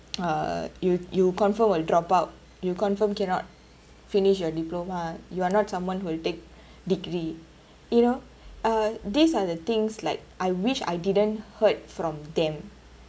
uh you you confirm will drop out you confirm cannot finish your diploma you are not someone who will take degree you know uh these are the things like I wish I didn't heard from them